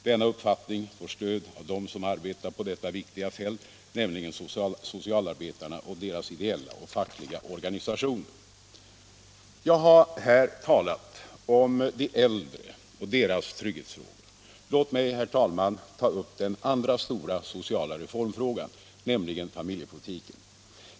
Denna uppfattning får stöd av dem som arbetar på detta viktiga fält, nämligen socialarbetarna och deras ideella och fackliga organisationer. Jag har här talat om de äldre och deras trygghet. Låt mig, herr talman, ta upp den andra stora reformfrågan, nämligen familjepolitiken.